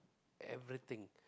everything